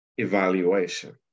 Evaluation